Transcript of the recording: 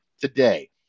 today